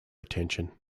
attention